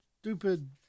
stupid